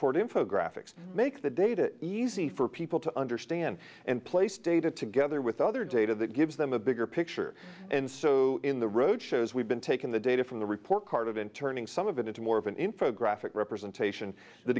toward info graphics make the data easy for people to understand and place data together with other data that gives them a bigger picture and so in the road shows we've been taking the data from the report card have been turning some of it into more of an info graphic representation that